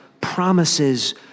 promises